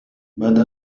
بدأ